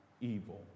evil